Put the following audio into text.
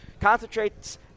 concentrates